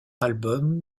album